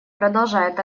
продолжает